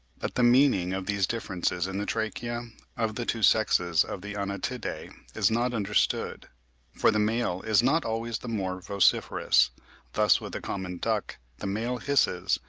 but the meaning of these differences in the trachea of the two sexes of the anatidae is not understood for the male is not always the more vociferous thus with the common duck, the male hisses,